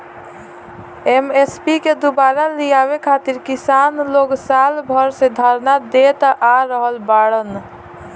MSP के दुबारा लियावे खातिर किसान लोग साल भर से धरना देत आ रहल बाड़न